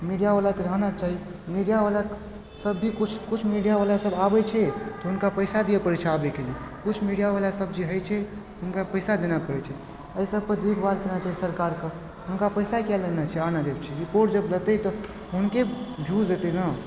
मीडियावला के रहना चाही मीडियावला सब भी किछु किछु मीडियावला सब आबय छै तिनका पैसा दियऽ पड़य छै आबयके लिये किछु मीडियावला सब जे होइ छै हुनका पैसा देना पड़य छै अइ सबपर चाही सरकारके हुनका पैसा किएक लेना छै आना जब छै रिपोर्ट जब लेतय तऽ हुनके यूज हेतय ने